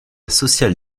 sociale